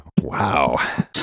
Wow